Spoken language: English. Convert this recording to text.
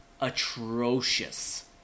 atrocious